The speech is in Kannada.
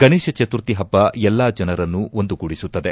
ಗಣೇಶ ಚತುರ್ಥಿ ಹಬ್ಬ ಎಲ್ಲಾ ಜನರನ್ನು ಒಂದುಗೂಡಿಸುತ್ತದೆ